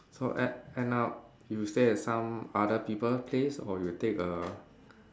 so end end up you stay at some other people place or you take a